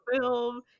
film